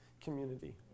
community